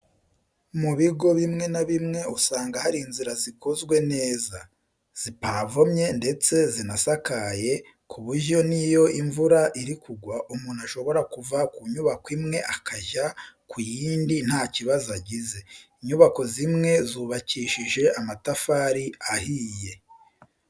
Mu bigo bimwe na bimwe usanga hari inzira zikozwe neza, zipavomye ndetse zinasakaye ku buryo n'iyo imvura iri kugwa umuntu ashobora kuva ku nyubako imwe akajya ku yindi nta kibazo agize. Inyubako zimwe zubakishije amatafari ahiye.